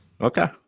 Okay